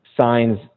signs